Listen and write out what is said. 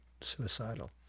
suicidal